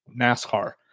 NASCAR